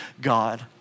God